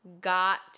got